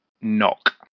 knock